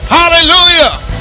hallelujah